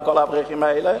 לכל האברכים האלה?